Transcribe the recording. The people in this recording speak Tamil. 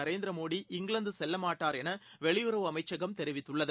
நரேந்திர மோடி இங்கிலாந்து செல்லமாட்டார் என்று வெளியுறவு அமைச்சகம் தெரிவித்துள்ளது